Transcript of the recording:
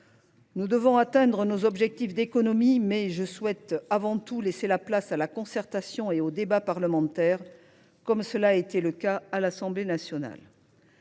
Nous devons atteindre nos objectifs d’économie, mais je souhaite avant tout laisser la place à la concertation et aux débats parlementaires, comme cela a été le cas à l’Assemblée nationale.